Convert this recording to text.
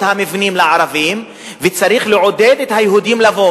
המבנים לערבים וצריך לעודד את היהודים לבוא.